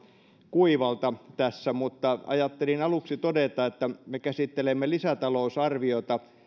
kuivalta tässä mutta ajattelin aluksi todeta että me käsittelemme lisätalousarviota